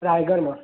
रायगढ़ मां